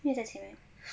因为在前面